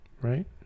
right